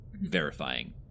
verifying